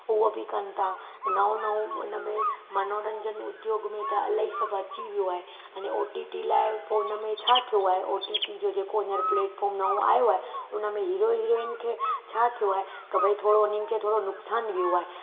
उहो बि कनि था नओं नओं उनमें मनोरंजनु उद्योग में त इलाही सभु अची वियो आहे अने ओ टी टी लाइ पोइ उनमें छा थियो आहे ओ टी टी जो जेको हींअर प्लेटफॉम नओं आयो आहे उनमें हीरो हीरोइन खे छा थियो आहे के भई थोरो उन्हनि खे थोरो नुक़सानु वियो आहे